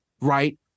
right